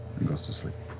and goes to sleep.